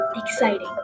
Exciting